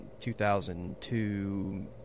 2002